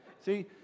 See